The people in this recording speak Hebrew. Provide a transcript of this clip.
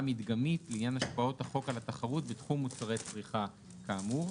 מדגמית לעניין השפעות החוק על התחרות בתחום מוצרי צריכה כאמור."